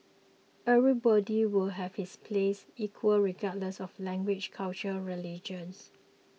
everybody would have his place equal regardless of language culture religions